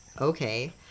Okay